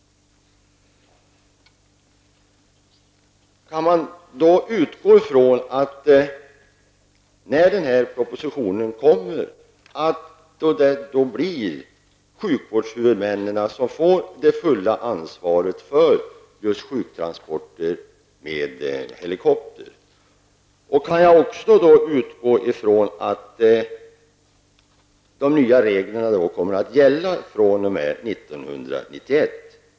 Kan jag då utgå ifrån att när propositionen kommer det blir sjukvårdshuvudmännen som får det fulla ansvaret för sjuktransporter med helikopter? Kan jag också utgå ifrån att de nya reglerna kommer att gälla fr.o.m. 1991?